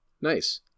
nice